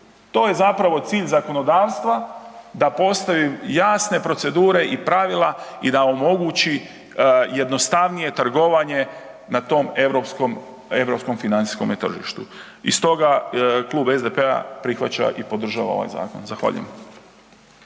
To je zapravo cilj zakonodavstva da postaju jasne procedure i pravila i da omogući jednostavnije trgovanje na tom europskom, europskom financijskome tržištu. I stoga Klub SDP-a prihvaća i podržava ovaj zakon. Zahvaljujem.